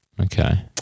Okay